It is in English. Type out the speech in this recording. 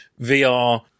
VR